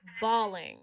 bawling